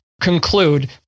conclude